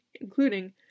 including